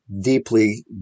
deeply